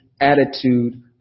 attitude